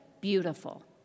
beautiful